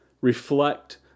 reflect